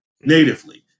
natively